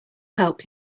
help